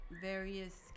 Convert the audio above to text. various